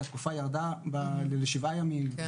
כי התקופה ירדה לשבעה ימים.